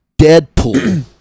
Deadpool